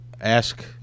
ask